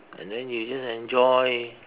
and then you just enjoy